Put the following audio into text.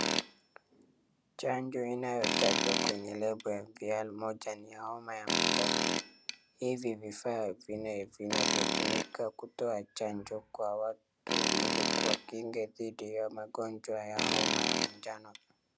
Chanjo inatayotajwa kwenye lebo ya MMR moja ni ya homa ya manjano. Hizi vifaa vinavyotumika kutoa chanjo kwa watu ili kuwakinga dhidi ya magonjwa ya homa ya manjano.